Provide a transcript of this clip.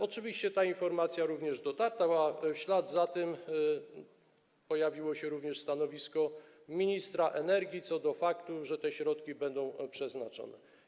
Oczywiście ta informacja również dotarła, w ślad za tym pojawiło się również stanowisko ministra energii co do faktu, że te środki będą przeznaczone.